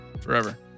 Forever